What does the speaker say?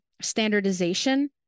standardization